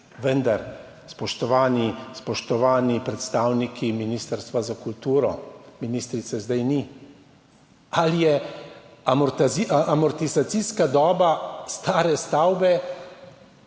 vendar spoštovani predstavniki Ministrstva za kulturo, ministrice zdaj ni. Ali je amortizacijska doba stare stavbe